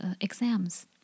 exams